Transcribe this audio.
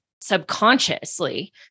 subconsciously